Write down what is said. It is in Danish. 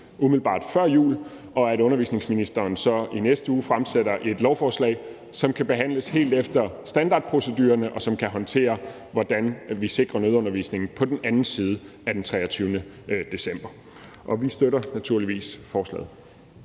umiddelbart før jul, og at undervisningsministeren så i næste uge fremsætter et lovforslag, som kan behandles helt efter standardproceduren, og som kan håndtere, hvordan vi sikrer nødundervisningen på den anden side af den 23. december. Vi støtter naturligvis forslaget.